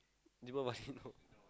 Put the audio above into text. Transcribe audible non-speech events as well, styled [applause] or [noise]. Deepavali [laughs] no